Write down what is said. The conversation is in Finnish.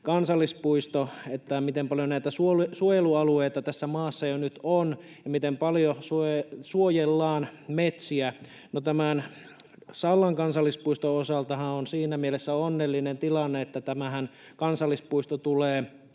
kansallispuisto — että miten paljon näitä suojelualueita tässä maassa jo nyt on ja miten paljon suojellaan metsiä. No, tämän Sallan kansallispuiston osaltahan on siinä mielessä onnellinen tilanne, että tämä kansallispuistohan tulee